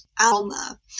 Alma